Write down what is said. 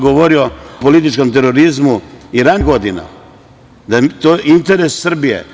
Govorio sam o političkom terorizmu i ranijih godina, da je to interes Srbije.